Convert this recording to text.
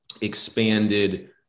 expanded